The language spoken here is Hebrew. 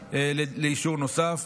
חקיקה לאישור נוסף.